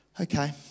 Okay